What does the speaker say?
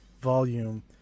volume